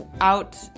out